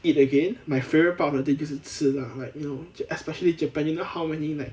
eat again my favourite part of the day 就是吃 lah like you know especially japan you know how many like